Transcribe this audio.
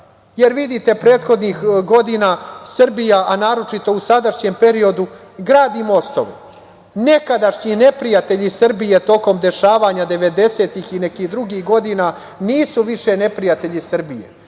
rat. Vidite, prethodnih godina Srbija, a naročito u sadašnjem periodu, gradi mostove. Nekadašnji neprijatelji Srbije, tokom dešavanja devedesetih i nekih drugih godina, nisu više neprijatelji Srbije.